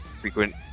frequent